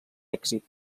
èxit